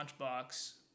launchbox